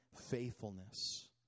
faithfulness